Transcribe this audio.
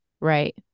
Right